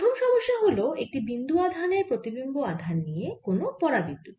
প্রথম সমস্যা হল একটি বিন্দু আধানের প্রতিবিম্ব আধান নিয়ে কোন পরাবিদ্যুতে